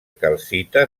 calcita